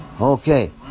Okay